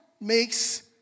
makes